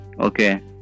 Okay